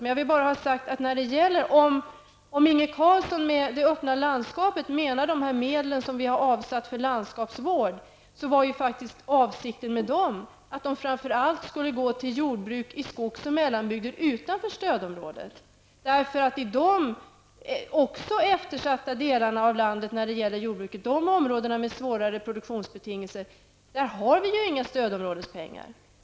Men om Inge Carlsson när han talar om det öppna landskapet tänker på de medel som vi har avsatt för landskapsvård vill jag påpeka att avsikten med de medlen ju faktiskt var att de framför allt skulle gå till jordbruk i skogs och mellanbygder utanför stödområdet, eftersom dessa delar av landet, som även de är eftersatta när det gäller jordbruket och har svåra produktionsbetingelser, inte har några stödområdespengar.